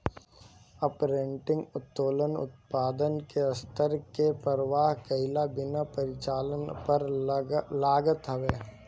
operating उत्तोलन उत्पादन के स्तर के परवाह कईला बिना परिचालन पअ लागत हवे